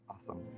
awesome